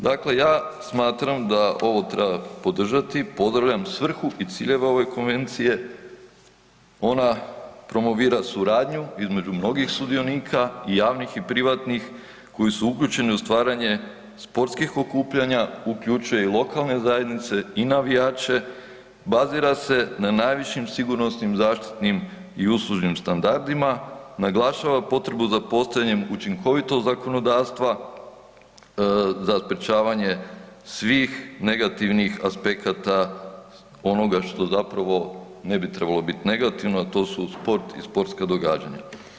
Dakle ja smatram da ovo treba podržati, pozdravljam svrhu i ciljeve ove konvencije, ona promovira suradnju između mnogih sudionika i javnih i privatnih koji su uključeni u stvaranje sportskih okupljanja, uključuje i lokalne zajednice i navijače, bazira se na najvišim sigurnosnim zaštitnim i uslužnim standardima, naglašava potrebu za postavljanjem učinkovitog zakonodavstva, za sprječavanje svih negativnih aspekata onoga što zapravo ne bi trebalo biti negativno a to su sport i sportska događanja.